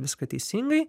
viską teisingai